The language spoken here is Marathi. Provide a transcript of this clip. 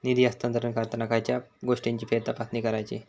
निधी हस्तांतरण करताना खयच्या गोष्टींची फेरतपासणी करायची?